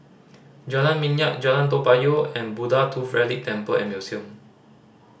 Jalan Minyak Jalan Toa Payoh and Buddha Tooth Relic Temple and Museum